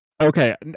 okay